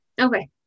okay